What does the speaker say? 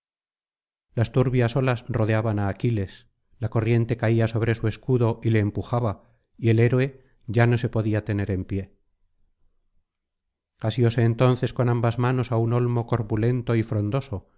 las turbias olas rodeaban á aquiles la corriente caía sobre su escudo y le empujaba y el héroe ya no se podía tener en pie asióse entonces con ambas manos á un olmo corpulento y frondoso